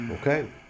Okay